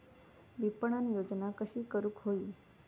विपणन योजना कशी करुक होई?